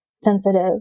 sensitive